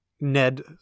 Ned